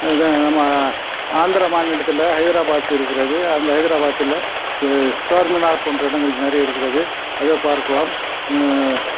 நம்ம ஆந்திர மாநிலத்தில ஹைதராபாத் இருக்கிறது அந்த ஹைதராபாத்தில் சார்மினார் போன்ற இடங்கள் நிறைய இருக்கிறது அதை பார்க்கலாம்